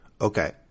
Okay